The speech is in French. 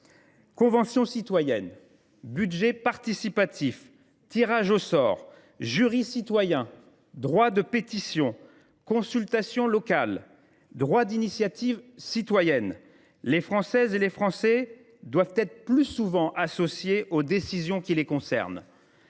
Conventions citoyennes, budgets participatifs, tirage au sort, jurys citoyens, droit de pétition, consultations locales, droit d’initiative citoyenne : les Françaises et les Français doivent être plus souvent associés aux décisions qui les concernent.